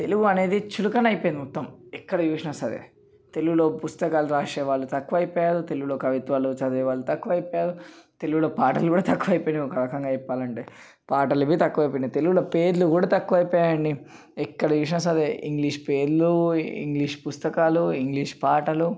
తెలుగనేది చులకన అయిపోయింది మొత్తం ఎక్కడచూసినాసరే తెలుగులో పుస్తకాలు రాసేవాళ్ళు తక్కువైపోయారు తెలుగులో కవిత్వాలు చదివేవాళ్ళు తక్కువైపోయారు తెలుగులో పాటలుకూడా తక్కువైపోయాయి ఒకరకంగా చెప్పాలంటే పాటలుకూడా తక్కువైపోయినాయి తెలుగులో పేర్లుకూడా తక్కువైపోయినాయండి ఎక్కడ చూసినాసరే ఇంగ్లీషు పేర్లు ఇంగ్లీషు పుస్తకాలు ఇంగ్లీషు పాటలు